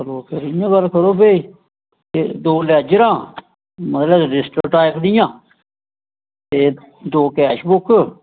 ते इंया करो भी दौ लेज़रां मतलब रजिस्टर टाईप दियां ते दौ कैश बुक